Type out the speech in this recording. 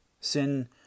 Sin